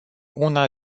una